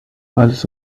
alles